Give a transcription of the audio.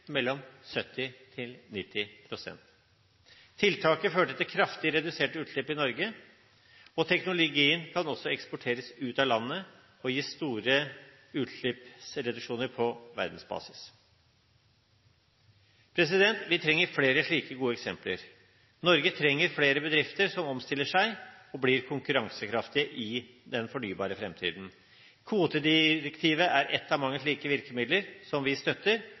mellom 70 og 90 pst. Tiltaket førte til kraftig reduserte utslipp i Norge, og teknologien kan også eksporteres ut av landet og gi store utslippsreduksjoner på verdensbasis. Vi trenger flere slike gode eksempler. Norge trenger flere bedrifter som omstiller seg og blir konkurransekraftige i den fornybare framtiden. Kvotedirektivet er ett av mange slike virkemidler som vi støtter,